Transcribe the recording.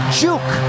juke